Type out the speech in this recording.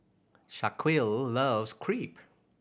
Shaquille loves Crepe